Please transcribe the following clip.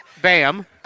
Bam